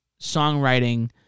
songwriting